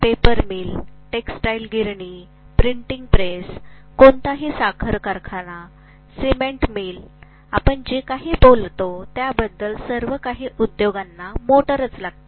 paper mill textile गिरणी printing press कोणताही साखर कारखाना सिमेंट मिल आपण जे काही बोलता त्याबद्दल सर्व काही उद्योगांना मोटार असतात